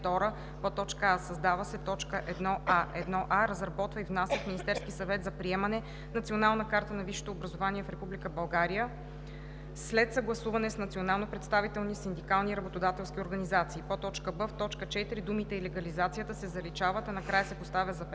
ал. 2: а) създава се т. 1а: „1а. разработва и внася в Министерски съвет за приемане Национална карта на висшето образование в Република България, след съгласуване с национално представителните синдикални и работодателски организации“; б) в т. 4 думите „и легализацията“ се заличават, а накрая се поставя запетая